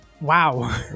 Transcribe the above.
wow